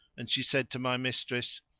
and she said to my mistress,